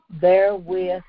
therewith